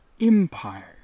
empire